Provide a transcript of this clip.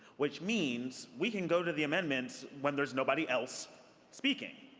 which means we can go to the amendment when there's nobody else speaking.